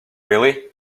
really